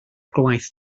gwaith